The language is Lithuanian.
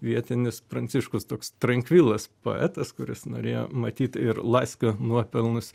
vietinis pranciškus toks trankvilas poetas kuris norėjo matyt ir laskio nuopelnus